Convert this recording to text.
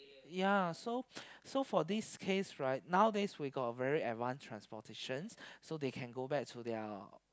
ya so so for this case right nowadays we got very advance transportation so they can go back to their